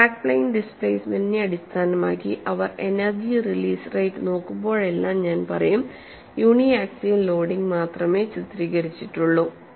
crack plane ഡിസ്പ്ലേസ്മെന്റിനെ അടിസ്ഥാനമാക്കി അവർ എനർജി റിലീസ് റേറ്റ് നോക്കുമ്പോഴെല്ലാം ഞാൻ പറയും യൂണി ആക്സിയൽ ലോഡിംഗ് മാത്രമേ ചിത്രീകരിച്ചിട്ടുള്ളൂ